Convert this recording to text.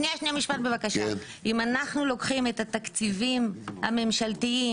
אם אנחנו לוקחים את התקציבים הממשלתיים